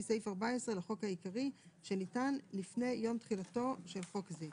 סעיף 14 לחוק העיקרי שניתן לפני יום תחילתו של חוק זה.